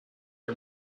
her